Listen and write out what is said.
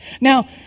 Now